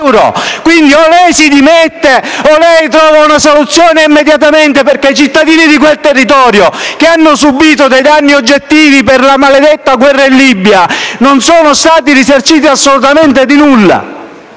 Allora o lei si dimette o trova una soluzione immediatamente, perché i cittadini di quel territorio, che hanno subito danni oggettivi per la maledetta guerra in Libia, non sono stati risarciti di nulla.